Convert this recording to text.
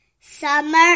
Summer